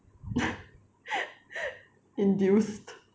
induced